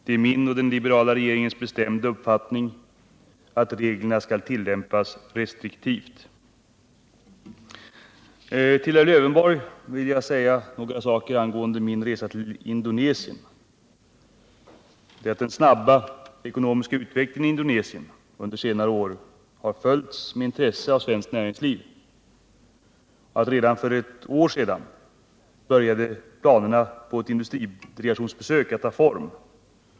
Det är min och den liberala regeringens bestämda uppfattning att reglerna skall tillämpas restriktivt. Till herr Lövenborg vill jag säga några ord angående min resa till Indonesien. Den snabba ekonomiska utvecklingen i Indonesien under senare år har följts med intresse av svenskt näringsliv. Redan för ett år sedan började planerna på ett industridelegationsbesök att ta form.